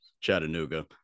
Chattanooga